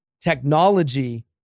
technology